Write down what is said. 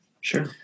sure